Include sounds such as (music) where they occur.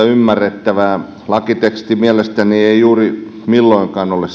(unintelligible) ymmärrettävää lakiteksti ei mielestäni juuri milloinkaan ole (unintelligible)